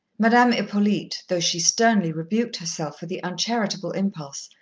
madame hippolyte, though she sternly rebuked herself for the uncharitable impulse,